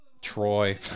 Troy